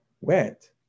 went